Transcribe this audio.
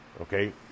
Okay